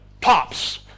pops